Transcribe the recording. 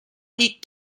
ilk